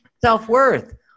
self-worth